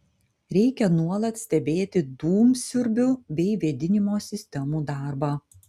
reikia nuolat stebėti dūmsiurbių bei vėdinimo sistemų darbą